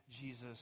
Jesus